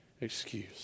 excuse